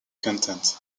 contents